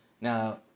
Now